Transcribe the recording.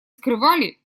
скрывали